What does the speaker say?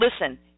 listen